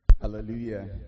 Hallelujah